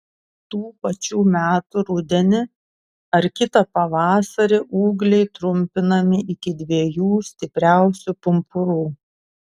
tų pačių metų rudenį ar kitą pavasarį ūgliai trumpinami iki dviejų stipriausių pumpurų